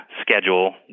schedule